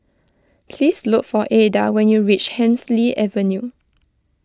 please look for Aida when you reach Hemsley Avenue